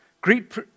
Greet